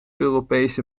europees